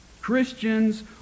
Christians